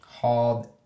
Called